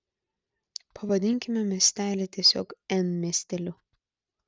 pavadinkime miestelį tiesiog n miesteliu